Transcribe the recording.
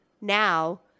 Now